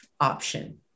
option